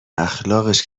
اخلاقش